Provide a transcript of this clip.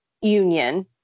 union